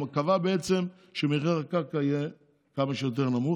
הוא קבע בעצם שמחיר הקרקע יהיה כמה שיותר נמוך,